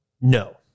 No